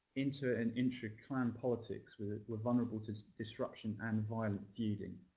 inter and intra-clan politics were were vulnerable to disruption and violent feuding.